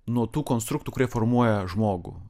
nuo tų konstruktų kurie formuoja žmogų